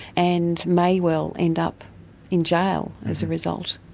and may well end up in jail as a result.